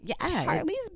Charlie's